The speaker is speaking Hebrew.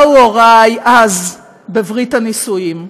באו הוריי בברית הנישואים.